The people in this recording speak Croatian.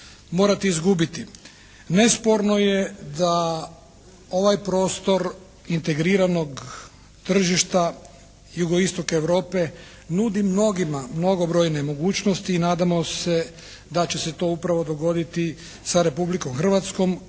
morati izgubiti. Nesporno je da ovaj prostor integriranog tržišta jugoistok Europe nudi mnogima mnogobrojne mogućnosti i nadamo se da će se to upravo dogoditi sa Republikom Hrvatskom